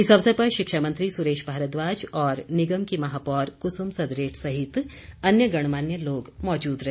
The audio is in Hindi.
इस अवसर पर शिक्षा मंत्री सुरेश भारद्वाज और निगम की महापौर कुसुम सदरेट सहित अन्य गणमान्य लोग मौजूद रहे